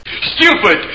Stupid